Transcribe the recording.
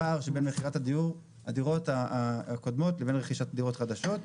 הפער שבין מכירת הדירות הקודמות לבין רכישת דירות חדשות.